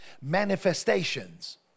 manifestations